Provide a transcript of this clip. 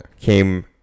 came